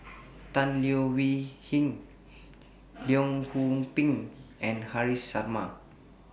Tan Leo Wee Hin Leong Yoon Pin and Haresh Sharma